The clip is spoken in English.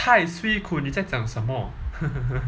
hi swee koon 你在讲什么